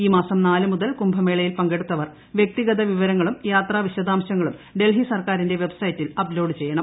ഈ മാസം നാല് മുതൽ കുംഭമേളയിൽ പങ്കെടുത്തവർ വ്യക്തിഗത വിവരങ്ങളും യാത്രാവിശദാംശങ്ങളും ഡൽഹി സർക്കാരിന്റെ വെബ്സൈറ്റിൽ അപ്ലോഡ് ചെയ്യണം